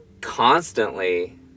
constantly